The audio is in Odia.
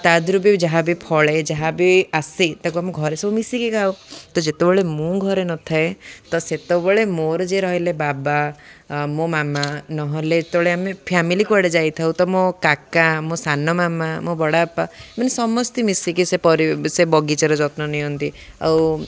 ତା' ଦେହରୁ ବି ଯାହାବି ଫଳେ ଯାହା ବିି ଆସେ ତାକୁ ଆମେ ଘରେ ସବୁ ମିଶିକି ଖାଉ ତ ଯେତେବେଳେ ମୁଁ ଘରେ ନଥାଏ ତ ସେତେବେଳେ ମୋର ଯିଏ ରହିଲେ ବାବା ମୋ ମାମା ନହେଲେ ଯେତେବେଳେ ଆମେ ଫ୍ୟାମିଲି କୁଆଡ଼େ ଯାଇଥାଉ ତ ମୋ କାକା ମୋ ସାନ ମାମା ମୋ ବଡ଼ ବାପା ମାନେ ସମସ୍ତେ ମିଶିକି ସେ ବଗିଚାର ଯତ୍ନ ନିଅନ୍ତି ଆଉ